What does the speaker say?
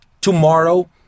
tomorrow